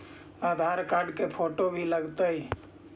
आधार card के photo भी लग तै?